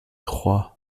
troyes